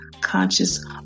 conscious